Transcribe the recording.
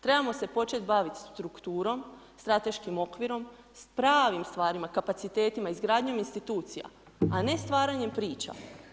Trebamo se početi baviti strukturom, strateškim okvirom, s pravim stvarima, kapacitetima, izgradnjom institucija a ne stvaranjem priča.